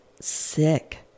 sick